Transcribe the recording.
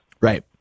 Right